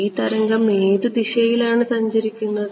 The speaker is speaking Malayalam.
ഈ തരംഗം ഏത് ദിശയിലാണ് സഞ്ചരിക്കുന്നത്